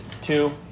two